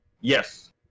Yes